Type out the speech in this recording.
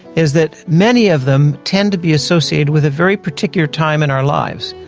is that many of them tend to be associated with a very particular time in our lives.